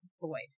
void